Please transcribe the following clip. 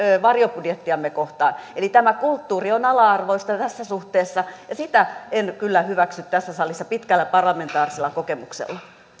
varjobudjettiamme kohtaan eli tämä kulttuuri on ala arvoista tässä suhteessa ja sitä en kyllä hyväksy tässä salissa pitkällä parlamentaarisella kokemuksella